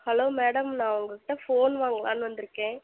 hello madam நான் உங்கள் கிட்டே ஃபோன் வாங்கலான்னு வந்திருக்கேன்